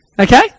Okay